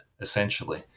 essentially